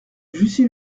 jussy